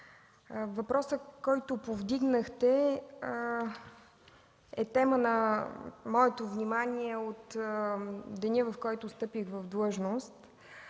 въпросът, който повдигнахте, е тема на моето внимание от деня, в който встъпих в длъжност.